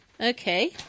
Okay